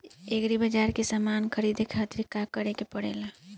Agri बाज़ार से समान ख़रीदे खातिर का करे के पड़ेला?